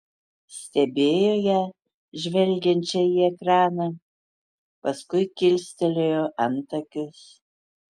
stebėjo ją žvelgiančią į ekraną paskui kilstelėjo antakius